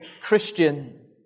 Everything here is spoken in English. Christian